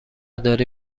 داری